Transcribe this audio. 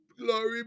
Glory